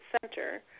Center